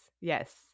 yes